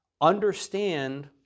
Understand